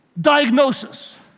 diagnosis